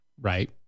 Right